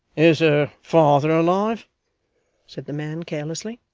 is her father alive said the man, carelessly.